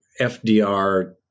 FDR